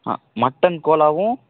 ஆ mutton கோலாவும்